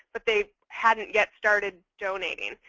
but they hadn't yet started donating.